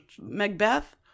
Macbeth